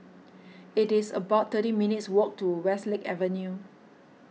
it is about thirty minutes' walk to Westlake Avenue